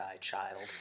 child